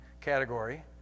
category